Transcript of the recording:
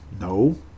No